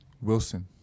Wilson